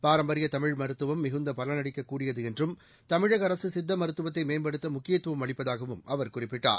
பாரம்பரிய தமிழ் மருத்துவம் மிகுந்த பலனளிக்கக்கூடியது என்றும் தமிழக அரசு சித்த மருத்துவத்தை மேம்படுத்த முக்கியத்துவம் அளிப்பதாகவும் அவர் குறிப்பிட்டார்